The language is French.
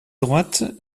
droite